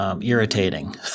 irritating